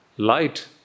Light